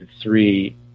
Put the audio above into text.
three